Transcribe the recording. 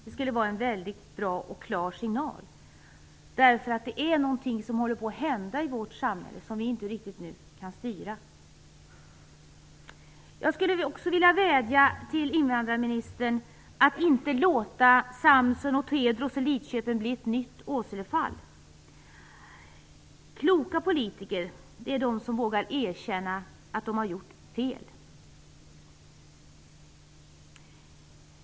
Det skulle vara en mycket bra och klar signal. Det är något som håller på att hända i vårt samhälle som vi inte riktigt kan styra. Jag skulle också vilja vädja till invandrarministern att inte låta Samson och Tedros i Lidköping bli ett nytt Åselefall. Kloka politiker vågar erkänna att de har gjort fel.